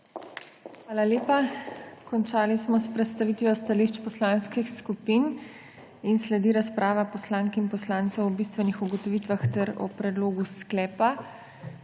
Hvala lepa. Končali smo s predstavitvijo stališč poslanskih skupin. Sledi razprava poslank in poslancev o bistvenih ugotovitvah ter o predlogu sklepa.